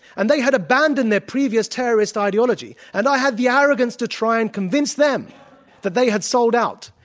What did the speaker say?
and they had abandoned their previous terrorist ideologies and i had the arrogance to try and convince them that they had sold out,